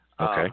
Okay